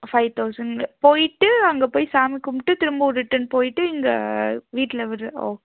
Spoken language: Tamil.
ஃபைவ் தௌசண்ட் போயிட்டு அங்கே போய் சாமி கும்பிட்டு திரும்பவும் ரிட்டர்ன் போயிட்டு இங்கே வீட்டில் விடற ஓ